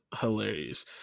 hilarious